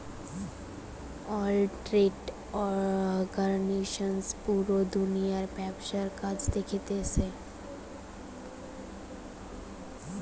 world trade organization পুরা দুনিয়ার ব্যবসার কাজ দেখতিছে